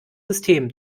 system